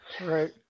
Right